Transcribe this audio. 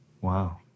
Wow